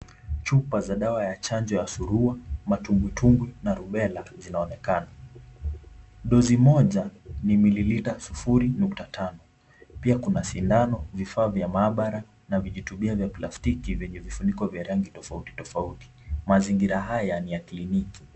Chupa za dawa ya chanjo ya surua, matubwitubwi na rubella, zinaonekana. Dosi moja, limelilika 05. Pia kuna sindano, vifaa vya maabara na vijitupia vya plastiki vyenye vifuniko vya rangi tofauti tofauti. Mazingira haya ni ya kliniki.